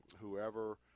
whoever